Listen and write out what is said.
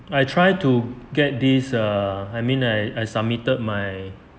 I try to get this err I mean I submitted my